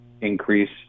increase